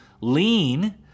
lean